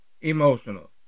emotional